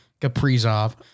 Kaprizov